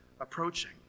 approaching